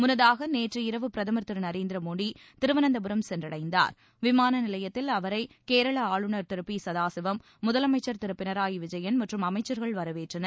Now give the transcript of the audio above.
முன்னதாக நேற்று இரவு பிரதமர் திரு நரேந்திர மோடி திருவனந்தபுரம் சென்றடைந்தார் விமான நிலையத்தில் அவரை கேரளா ஆளுநர் திரு பி சதாசிவம் முதலமைச்சர் திரு பினராயி விஜயன் மற்றும் அமைச்சர்கள் வரவேற்றனர்